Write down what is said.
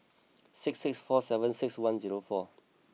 six six four seven six one zero four